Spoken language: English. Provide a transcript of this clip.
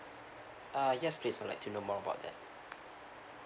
ah yes please I'd like to know more about that